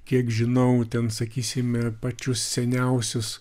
kiek žinau ten sakysime pačius seniausius